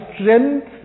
strength